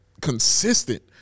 consistent